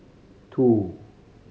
two